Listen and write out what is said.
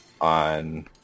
on